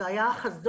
זה היה החזון,